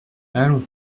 allons